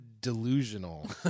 delusional